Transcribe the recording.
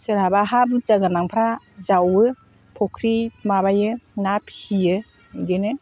सोरहाबा हा बुरजा गोनांफ्रा जावो फख्रि माबायो ना फिसियो बिदिनो